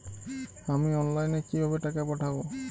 আমি অনলাইনে কিভাবে টাকা পাঠাব?